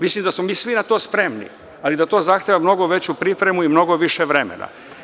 Mislim da smo mi svi na to spremni, ali da to zahteva mnogo veću pripremu i mnogo više vremena.